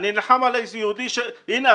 אני נלחם על איזה יהודי הינה,